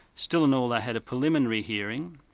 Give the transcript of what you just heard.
still and all they had a preliminary hearing,